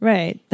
Right